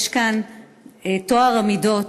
יש כאן טוהר המידות.